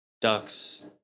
ducks